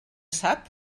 sap